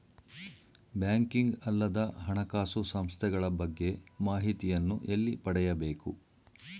Banking ಅಲ್ಲದ ಹಣಕಾಸು ಸಂಸ್ಥೆಗಳ ಬಗ್ಗೆ ಮಾಹಿತಿಯನ್ನು ಎಲ್ಲಿ ಪಡೆಯಬೇಕು?